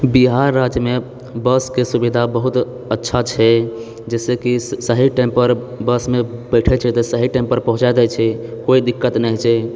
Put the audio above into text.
बिहार राज्यमे बसके सुविधा बहुत अच्छा छै जाहिसँ कि सही टाइम पर बसमे बैठै छै तऽ सही टाइम पर पहुँचाए दै छै कोइ दिक्कत नहि होइत छै